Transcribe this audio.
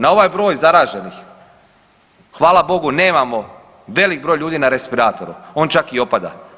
Na ovaj broj zaraženih hvala Bogu nemamo velik broj ljudi na respiratoru, on čak i opada.